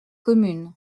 communes